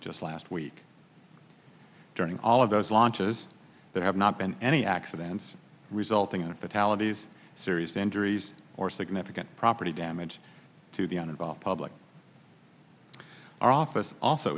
just last week during all of those launches that have not been any accidents resulting in fatalities serious injuries or significant property damage to the un involved public or office also